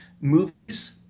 movies